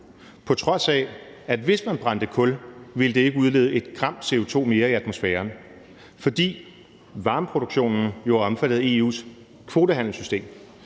på trods af at hvis man brændte kul, ville det ikke udlede et gram CO2 mere i atmosfæren, fordi varmeproduktionen jo er omfattet af EU's kvotehandelssystem.